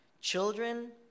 Children